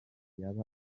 yaba